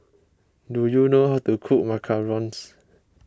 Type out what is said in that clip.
do you know how to cook Macarons